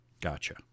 Gotcha